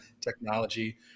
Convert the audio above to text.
technology